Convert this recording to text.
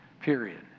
Period